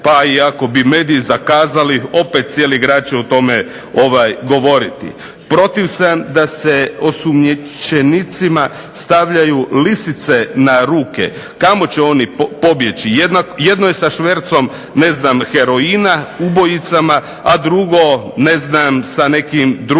pa i ako bi mediji zakazali opet cijeli grad će o tome govoriti. Protiv sam da se osumnjičenicima stavljaju lisice na ruke, kamo će oni pobjeći, jedno je sa švercom heroina, ubojicama, a drugo ne znam sa nekim drugim